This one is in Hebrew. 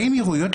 באמירויות,